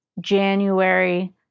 January